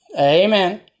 Amen